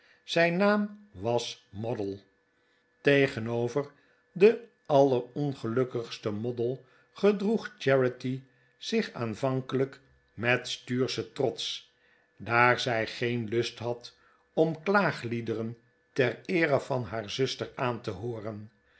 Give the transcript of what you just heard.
zijn naam was moddle tegenover den allerongelukkigsten moddle gedroeg charity zich aanvankelijk met stuurschen trots daar zij geen lust had om klaagliederen ter eere van haar zuster aan te hooren